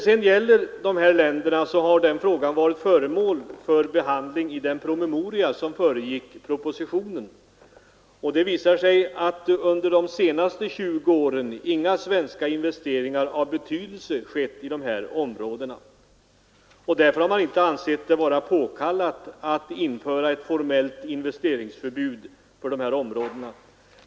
Frågan om dessa länder har varit föremål för behandling i den promemoria som föregick propositionen. Det visar sig att under de senaste 20 åren inga svenska investeringar av betydelse gjorts i de här områdena. Därför har man inte ansett det vara påkallat att införa ett formellt investeringsförbud för dessa områden.